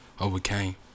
Overcame